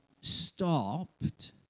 stopped